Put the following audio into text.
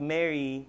Mary